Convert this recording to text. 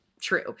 true